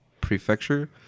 Prefecture